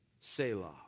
Selah